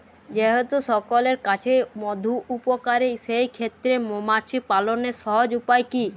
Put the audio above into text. যেহেতু সকলের কাছেই মধু উপকারী সেই ক্ষেত্রে মৌমাছি পালনের সহজ উপায় কি?